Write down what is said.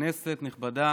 כנסת נכבדה,